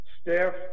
Staff